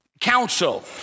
council